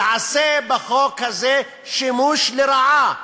ייעשה בחוק הזה שימוש לרעה,